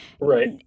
Right